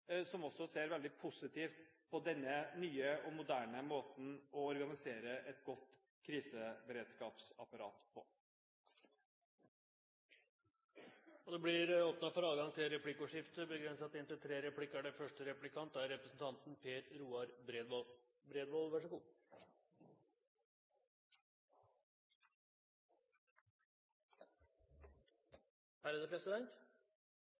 som også ser veldig positivt på denne nye og moderne måten å organisere et godt kriseberedskapsapparat på. Det blir åpnet for replikkordskifte. Dette er en sak som det er stor enighet om, og som vi alle ønsker velkommen. Det eneste det er